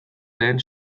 lehen